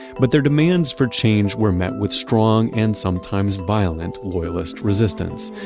but their demands for change were met with strong and sometimes violent loyalist resistance.